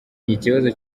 ikibazo